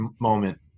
moment